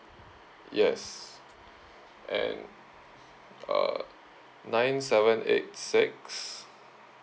yes and uh nine seven eight six